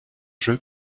jeu